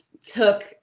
took